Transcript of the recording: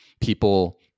people